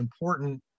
important